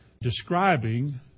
describing